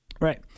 right